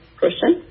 person